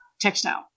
textile